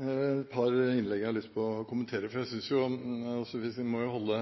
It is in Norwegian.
et par innlegg som jeg har lyst til å kommentere. Jeg synes at en må holde